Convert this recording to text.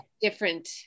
different